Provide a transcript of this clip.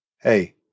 Hey